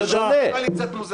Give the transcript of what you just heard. זה שונה.